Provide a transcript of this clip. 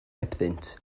hebddynt